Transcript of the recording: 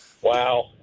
wow